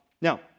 Now